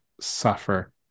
suffer